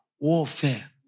warfare